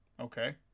okay